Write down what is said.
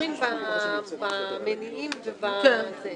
אז אחד הדברים שבאמת נכנס כרגע,